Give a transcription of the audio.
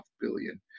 billion